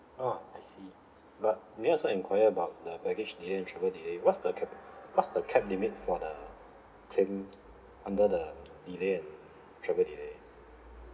ah I see but may I also enquire about the baggage delay and travel delay what's the cap what's the cap limit for the claim under the delay and travel delay